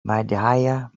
madhya